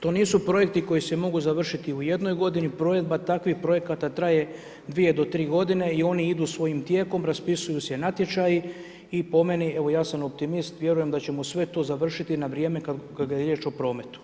To nisu projekti koji se mogu završiti u jednoj godini, provedba takvih projekata traje dvije do tri godine i one idu svojim tijekom, raspisuju se natječaji i po meni, evo ja sam optimist vjerujem da ćemo sve to završiti na vrijeme kada je riječ o prometu.